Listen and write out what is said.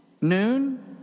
Noon